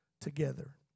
together